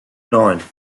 nine